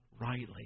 rightly